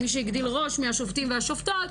מי שהגדיל ראש מהשופטים והשופטים,